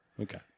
Okay